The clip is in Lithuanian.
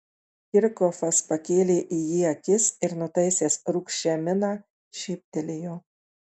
kirchhofas pakėlė į jį akis ir nutaisęs rūgščią miną šyptelėjo